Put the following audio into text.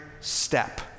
step